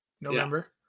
November